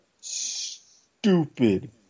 stupid